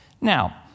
Now